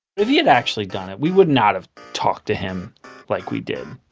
if he had actually done it, we would not have talked to him like we did